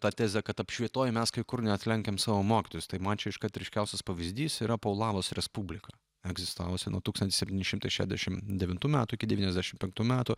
ta tezė kad apšvietoj mes kai kur net lenkiam savo mokytojus tai man iškart ryškiausias pavyzdys yra paulavos respublika egzistavusi nuo tūkstantis setyni šimtai šešiasdešimt devintų metų iki devyniasdešimt penktų metų